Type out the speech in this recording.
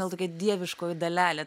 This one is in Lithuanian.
gal tokia dieviškoji dalelė